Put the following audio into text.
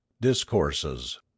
discourses